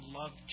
love